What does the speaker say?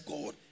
God